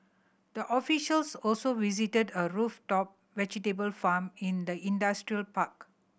the officials also visited a rooftop vegetable farm in the industrial park